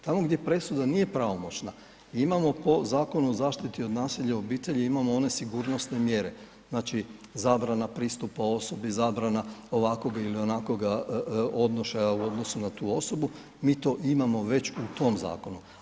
Tamo gdje presuda nije pravomoćna imamo po Zakonu o zaštiti od nasilja u obitelji imamo one sigurnosne mjere, znači zabrana pristupa osobi, zabrana ovakvog ili onakvog odnošaja u odnosu na tu osobu, mi to već imamo u tom zakonu.